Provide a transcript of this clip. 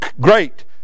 great